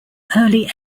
early